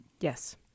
Yes